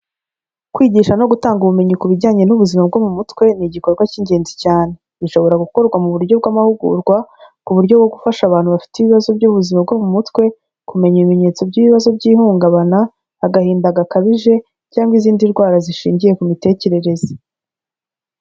Kwigisha no gutanga ubumenyi ku bijyanye n'ubuzima bwo mu mutwe, ni igikorwa cy'ingenzi cyane. Bishobora gukorwa mu buryo bw'amahugurwa, ku buryo bwo gufasha abantu bafite ibibazo by'ubuzima bwo mu mutwe, kumenya ibimenyetso by'ibibazo by'ihungabana, agahinda gakabije cyangwa izindi ndwara zishingiye ku mitekerereze.